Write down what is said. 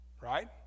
right